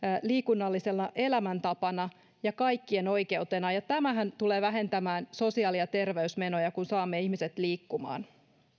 liikunnallisena elämäntapana ja kaikkien oikeutena tämähän tulee vähentämään sosiaali ja terveysmenoja kun saamme ihmiset liikkumaan